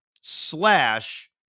slash